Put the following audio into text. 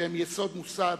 שהם יסוד מוסד,